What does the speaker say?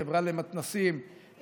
החברה למתנ"סים,